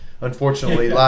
unfortunately